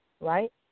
right